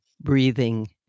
breathing